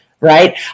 right